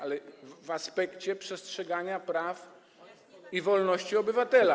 Ale w aspekcie przestrzegania praw i wolności obywatela.